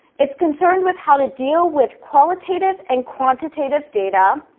is concern with how to deal with qualitative and quantitative data,